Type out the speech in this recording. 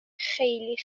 خیلی